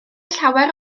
llawer